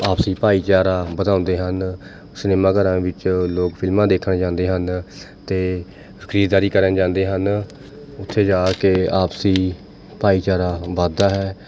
ਆਪਸੀ ਭਾਈਚਾਰਾ ਵਧਾਉਂਦੇ ਹਨ ਸਿਨੇਮਾ ਘਰਾਂ ਵਿੱਚ ਲੋਕ ਫਿਲਮਾਂ ਦੇਖਣ ਜਾਂਦੇ ਹਨ ਅਤੇ ਖਰੀਦਦਾਰੀ ਕਰਨ ਜਾਂਦੇ ਹਨ ਉੱਥੇ ਜਾ ਕੇ ਆਪਸੀ ਭਾਈਚਾਰਾ ਵੱਧਦਾ ਹੈ